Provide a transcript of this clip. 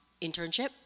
internship